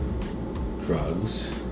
drugs